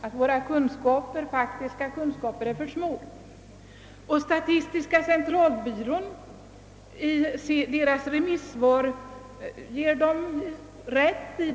I sitt remisssvar ger också statistiska centralbyrån motionärerna rätt häri.